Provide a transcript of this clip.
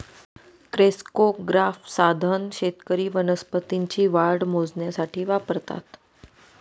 crescograph साधन शेतकरी वनस्पतींची वाढ मोजण्यासाठी वापरतात